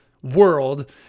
world